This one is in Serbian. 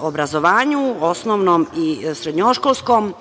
obrazovanju, osnovnom i srednjoškolskom,